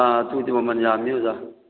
ꯑꯥ ꯑꯗꯨꯗꯤ ꯃꯃꯜ ꯌꯥꯝꯃꯤ ꯑꯣꯖꯥ